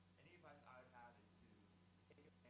any advice i have is to